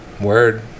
Word